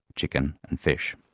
chickens and fish.